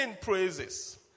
praises